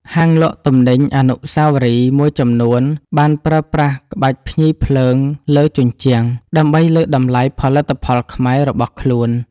ហាងលក់ទំនិញអនុស្សាវរីយ៍មួយចំនួនបានប្រើប្រាស់ក្បាច់ភ្ញីភ្លើងលើជញ្ជាំង ដើម្បីលើកតម្លៃផលិតផលខ្មែររបស់ខ្លួន។